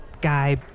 guy